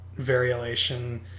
variolation